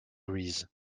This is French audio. reese